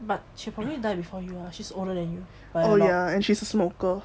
but she probably die before you [what] she's older than you by a lot